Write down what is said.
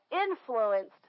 influenced